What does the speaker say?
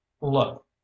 Look